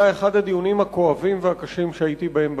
אחד הדיונים הכואבים והקשים שהייתי בהם בכנסת.